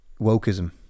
wokeism